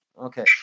okay